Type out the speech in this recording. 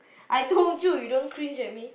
I told you you don't cringe at me